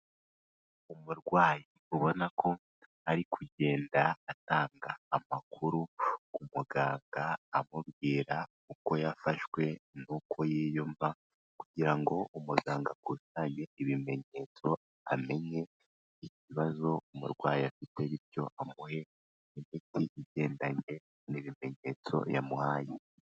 Umurwayi ubona ko ari kugenda atanga amakuru ku muganga, amubwira uko yafashwe n'uko yiyumva kugira ngo umuganga akusanye ibimenyetso amenye ikibazo umurwayi afite, bityo amuhe imiti igendanye n'ibimenyetso yamuhaye.